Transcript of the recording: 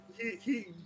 He-he